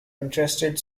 interested